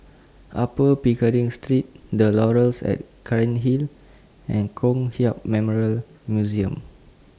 Upper Pickering Street The Laurels At Cairnhill and Kong Hiap Memorial Museum